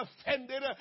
offended